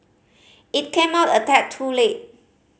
it came out a tad too late